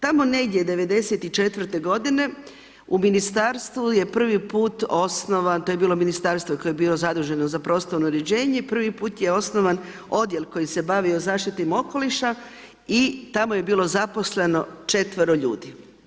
Tamo negdje '94. g. u ministarstvo je prvi put osnovan, to je bilo ministarstvo koje je bilo zaduženo za prostorno uređenje, prvi put je osnovan odjel koji se je bavio zaštitom okoliša i tamo je bilo zaposleno 4 ljudi.